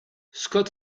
scott